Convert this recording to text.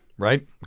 Right